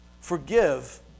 Forgive